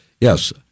Yes